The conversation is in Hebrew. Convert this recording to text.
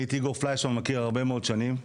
אני את איגור פליישר מכיר הרבה מאוד שנים,